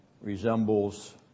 resembles